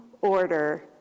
order